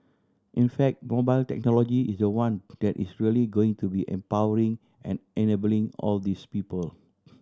in fact mobile technology is the one that is really going to be empowering and enabling all these people